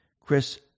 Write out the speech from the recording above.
Chris